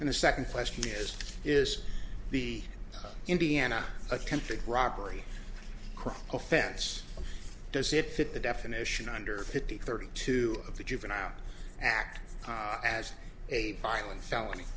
and the second question is is the indiana attempted robbery offense does it fit the definition under fifty thirty two of the juvenile act as a violent felony